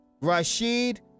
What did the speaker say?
Rashid